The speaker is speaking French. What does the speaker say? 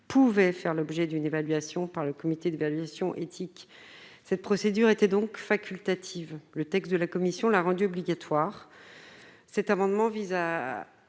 pouvait faire l'objet d'une évaluation par le comité de vérification éthique, cette procédure était donc facultative, le texte de la commission l'a rendue obligatoire, cet amendement vise à